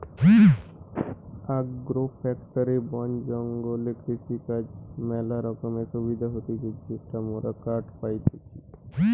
agro forestry বন জঙ্গলে কৃষিকাজর ম্যালা রোকমকার সুবিধা হতিছে যেমন মোরা কাঠ পাইতেছি